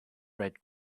red